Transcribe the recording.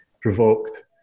provoked